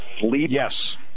Yes